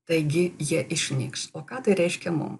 taigi jie išnyks o ką tai reiškia mum